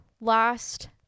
last